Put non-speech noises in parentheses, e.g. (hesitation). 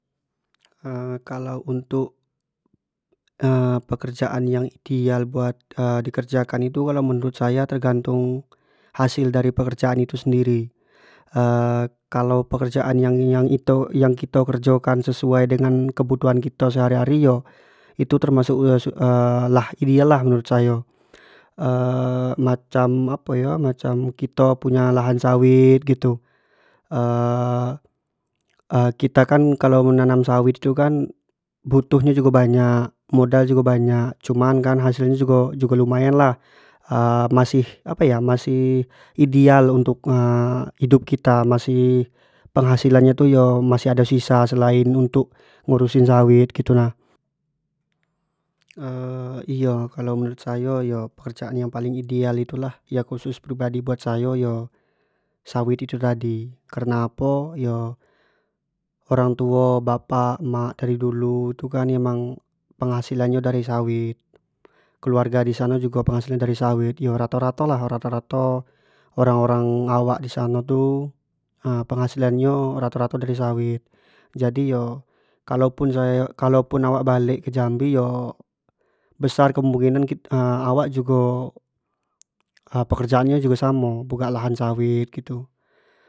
(hesitation) kalau untuk (hesitation) pekerjaan yan ideal buat (hesitation) di kerjakan itu kalau menurut saya tergantung hasil dari pekerjaan itu sendiri (hesitation) kalau pekerjaan yang-yang itu yang kito kerja kan sesuai dengan kebutuhan kito sehari-hari iyo itu-itu termasuk-masuk yang ideal lah buat sayo (hesitation) macam apo yo macam kito punya lahan sawit gitu (hesitation) kita kan kalau menanam sawit tu kan butuh nyo jugo banyak, modal jugo banyak cuman hasil nyo-hasil nyo jugo lumayan lah (hesitation) masih apo yo masih ideal untuk (hesitation) hidup kita, masih penghasilan tu yo masih ado sisa selain untuk urusin sawit gitu nah (hesitation) iyo kalau menurut sayo yo pekerjaan yang paling ideal itu lah khsuus pribadi buat sayo iyo sawit itu tadi, kareno apo yo kareno orang tuo, bapak emak dari dulu itu kan, memang penghasilan nyo dari sawit, keluargo disano jugo penghasilan nyo dari sawit, yo rato-rato lah rato-rato orang-orang awak di sano tu (hesitation) penghasilan nyo rato-rato dari sawit jadi yo kalau pun sayo kalau pun sayo balek ke jambi yo besar kemungkinan, awak jugo pekerjaan nyo jugo samo (hesitation) bukak lahan sawit gitu.